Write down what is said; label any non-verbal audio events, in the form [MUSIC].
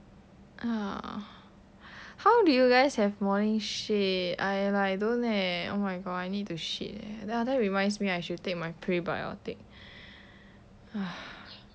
ugh how do you guys have morning shit I like don't leh oh my god I need to shit leh ya that reminds me I should take my prebiotic [BREATH]